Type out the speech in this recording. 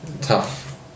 Tough